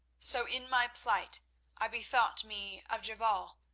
so in my plight i bethought me of jebal,